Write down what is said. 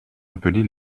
appelés